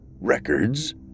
Records